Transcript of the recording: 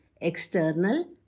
external